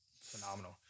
phenomenal